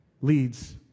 leads